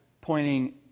pointing